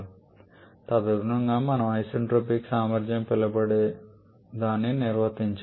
మరియు తదనుగుణంగా మనము ఐసెన్ట్రోపిక్ సామర్థ్యం అని పిలువబడేదాన్ని నిర్వచించాము